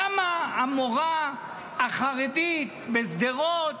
למה המורה החרדית בשדרות